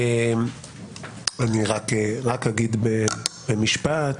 אני רק אגיד במשפט